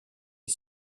est